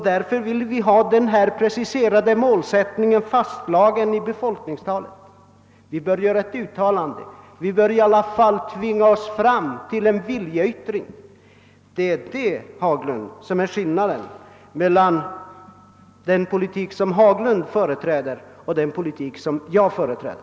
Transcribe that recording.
Därför vill vi ha den preciserade målsättningen fastslagen i befolkningstalet. Vi bör göra ett uttalande, vi bör i alla fall tvinga oss fram till en viljeyttring. Det är det, herr Haglund, som är skillnaden mellan den politik som herr Haglunå företräder och den politik som jag företräder.